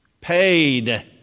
paid